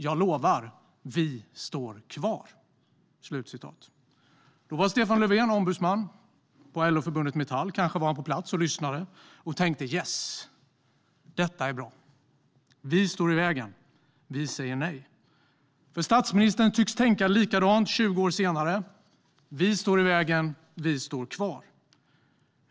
Jag lovar: Vi står kvar." Då var Stefan Löfven ombudsman på LO-förbundet Metall. Kanske var han på plats och lyssnade och tänkte: Yes! Detta är bra. Vi står i vägen! Vi säger nej. Statsministern tycks nämligen tänka likadant 20 år senare: Vi står i vägen - vi står kvar.